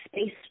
space